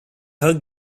her